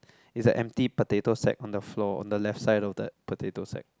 is a empty potato sack on the floor on the left side of that potato sack